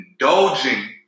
indulging